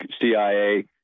CIA